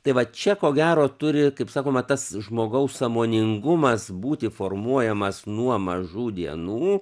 tai va čia ko gero turi kaip sakoma tas žmogaus sąmoningumas būti formuojamas nuo mažų dienų